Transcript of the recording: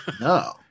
no